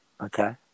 Okay